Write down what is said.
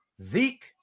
Zeke